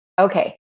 Okay